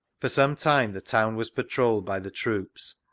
for some time the town was patrolled by the troops,